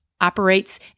operates